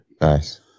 Nice